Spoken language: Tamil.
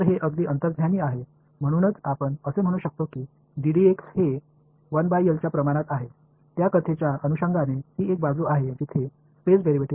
எனவே இது வெறும் உள்ளுணர்வு எனவே அதை என்று சொல்லலாம் அதற்கு விகிதாசாரமானது இது கதையின் ஒரு பக்கமாகும் இது ஸ்பேஸ் டிரைவேடிவ்